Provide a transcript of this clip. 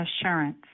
assurance